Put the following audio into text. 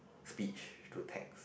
speech to text